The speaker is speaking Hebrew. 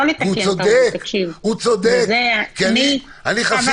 כי אני חסיד גדול --- לא,